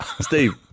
Steve